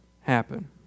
happen